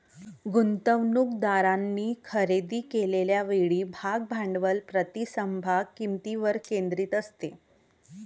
गुंतवणूकदारांनी खरेदी केलेल्या वेळी भाग भांडवल प्रति समभाग किंमतीवर केंद्रित असते